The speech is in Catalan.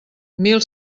mil